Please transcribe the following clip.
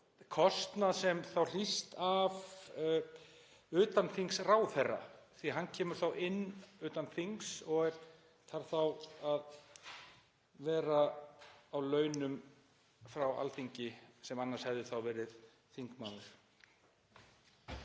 kostnað sem hlýst af utanþingsráðherra. Hann kemur inn utan þings og þarf þá að vera á launum frá Alþingi sem annars hefði verið þingmaður.